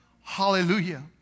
hallelujah